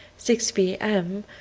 six p m,